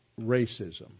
racism